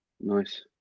nice